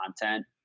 content